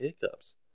hiccups